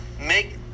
make